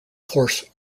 course